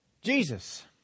Jesus